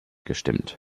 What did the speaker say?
gestimmt